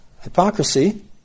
hypocrisy